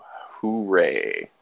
hooray